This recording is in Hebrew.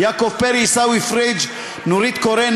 יעקב פרי,